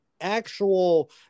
actual